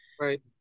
right